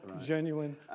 genuine